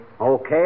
Okay